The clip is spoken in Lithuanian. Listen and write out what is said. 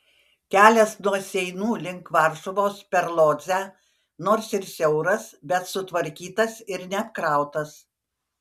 kelias nuo seinų link varšuvos per lodzę nors ir siauras bet sutvarkytas ir neapkrautas